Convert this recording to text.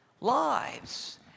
lives